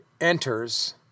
enters